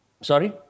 Sorry